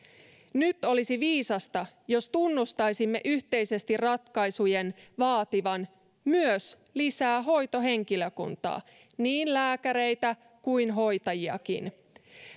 nyt olisi viisasta jos tunnustaisimme yhteisesti ratkaisujen vaativan myös lisää hoitohenkilökuntaa niin lääkäreitä kuin hoitajiakin